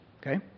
Okay